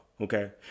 Okay